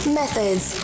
methods